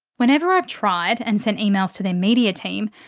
whenever i've tried and sent emails to their media team,